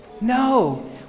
No